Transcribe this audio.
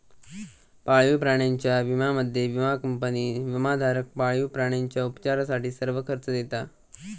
पाळीव प्राण्यांच्या विम्यामध्ये, विमा कंपनी विमाधारक पाळीव प्राण्यांच्या उपचारासाठी सर्व खर्च देता